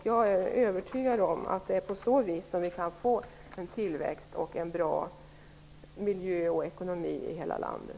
Jag är övertygad om att det är på så vis vi kan få en tillväxt, en bra miljö och en bra ekonomi i hela landet.